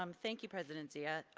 um thank you president zia.